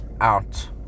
out